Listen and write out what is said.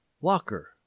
WALKER